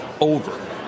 over